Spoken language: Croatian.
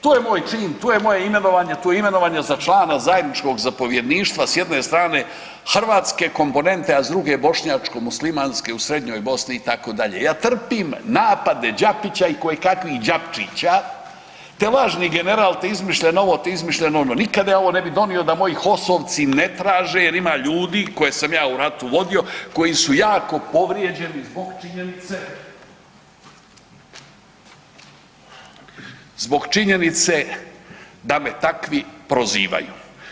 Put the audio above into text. To je moj cilj, tu je moje imenovanje, tu je imenovanje za člana zajedničkog zapovjedništva s jedne strane hrvatske komponente, a s druge bošnjačko muslimanske u Srednjoj Bosni itd., ja trpim napade Đapića i koje kakvih Đapćčća, te lažni general, te izmišljeno ovo te izmišljeno ono, nikada je ovo ne bi donio da moji HOS-ovci ne traže jer ima ljudi koje sam ja u ratu vodio koji su jako povrijeđeni zbog činjenice, zbog činjenice da me takvi prozivaju.